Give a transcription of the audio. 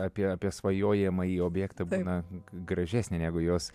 apie apie svajojamąjį objektą būna gražesnė negu jos